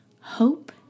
Hope